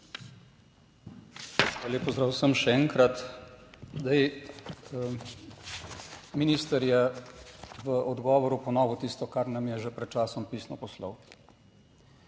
Lep pozdrav vsem še enkrat! Zdaj, minister je v odgovoru ponovil tisto kar nam je že pred časom pisno poslal.